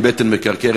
עם בטן מקרקרת.